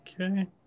Okay